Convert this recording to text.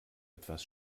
etwas